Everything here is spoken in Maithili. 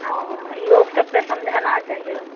हँ लोकसबके समझाना चाहिए